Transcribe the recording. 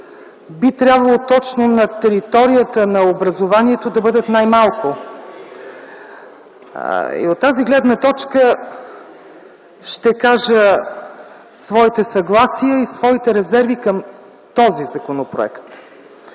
би трябвало точно на територията на образованието да бъдат най-малко. От тази гледна точка ще кажа своите съгласия и своите резерви към този законопроект.